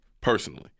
personally